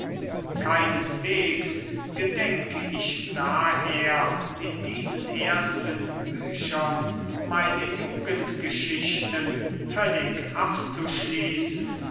keineswegs gedenke ich daher in diesen ersten büchern meine jugendgeschichten völlig abzuschließen